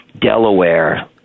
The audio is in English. Delaware